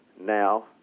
now